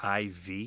IV